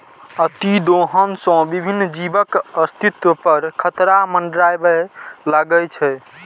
अतिदोहन सं विभिन्न जीवक अस्तित्व पर खतरा मंडराबय लागै छै